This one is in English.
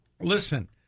Listen